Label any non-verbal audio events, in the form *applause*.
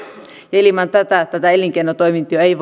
ilman tätä tätä elinkeinotoimintoja ei *unintelligible*